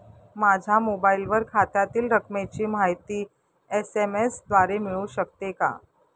माझ्या मोबाईलवर खात्यातील रकमेची माहिती एस.एम.एस द्वारे मिळू शकते का?